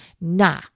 Nah